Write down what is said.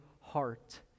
heart